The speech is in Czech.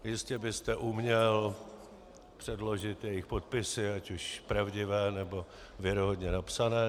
Jistě byste uměl předložit jejich podpisy, ať už pravdivé, nebo věrohodně napsané.